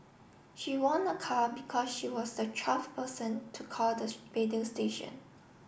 she won a car because she was the twelfth person to call the radio station